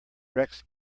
rex